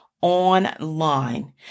online